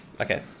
Okay